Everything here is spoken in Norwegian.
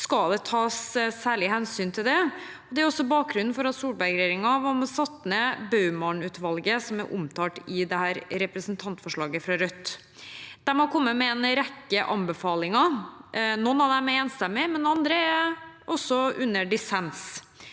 skal det tas særlig hensyn til det. Det er bakgrunnen for at Solberg-regjeringen satte ned Baumann-utvalget, som er omtalt i dette representantforslaget fra Rødt. De har kommet med en rekke anbefalinger. Noen av dem er enstemmige, men andre er under dissens.